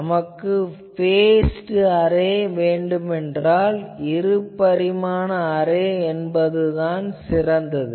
நமக்கு based array வேண்டுமென்றால் இரு பரிமாண அரே என்பதுதான் சிறந்தது